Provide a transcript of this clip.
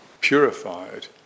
purified